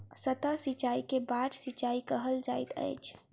सतह सिचाई के बाढ़ सिचाई कहल जाइत अछि